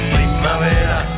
Primavera